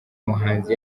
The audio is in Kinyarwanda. muhanzi